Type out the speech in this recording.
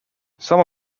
some